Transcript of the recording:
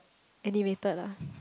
animated ah